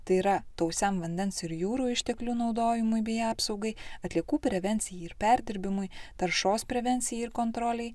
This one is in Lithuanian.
tai yra tausiam vandens ir jūrų išteklių naudojimui bei apsaugai atliekų prevencijai ir perdirbimui taršos prevencijai ir kontrolei